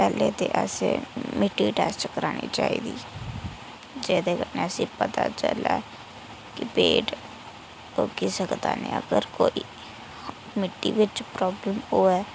पैह्ले ते असें मिट्टी टेस्ट करानी चाहिदी जेह्दे कन्नै असेंगी पता चलै कि पेड़ उग्गी सकदा जां अगर कोई मिट्टी बिच्च प्राब्लम होवै